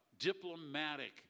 diplomatic